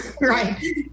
right